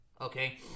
Okay